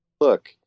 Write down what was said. look